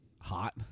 Hot